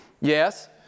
Yes